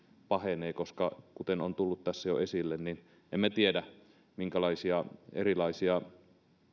pahenee koska kuten tässä on tullut jo esille niin emme tiedä minkälaisia erilaisia